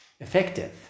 effective